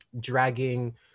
dragging